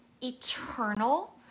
eternal